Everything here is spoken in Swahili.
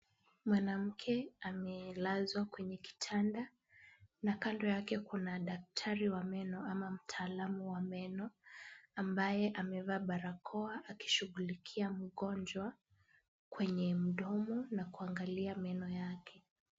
Mwanamke amelazwa kwenye kitanda na kando yake kuna daktari wa meno ama mtaalamu wa meno, ambaye amevaa barakoa akishughulikia mgonjwa kwenye mdomo na kuangalia meno yake.